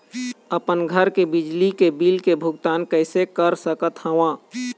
अपन घर के बिजली के बिल के भुगतान कैसे कर सकत हव?